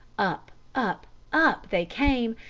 up, up, up they came,